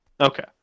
Okay